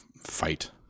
fight